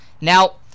Now